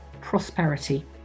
prosperity